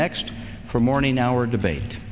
next for morning hour debate